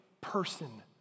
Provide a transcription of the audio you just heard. person